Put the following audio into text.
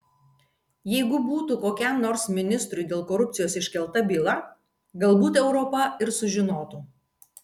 jeigu būtų kokiam nors ministrui dėl korupcijos iškelta byla galbūt europa ir sužinotų